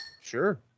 Sure